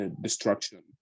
destruction